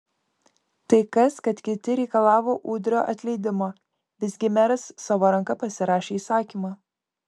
tai kas kad kiti reikalavo udrio atleidimo visgi meras savo ranka pasirašė įsakymą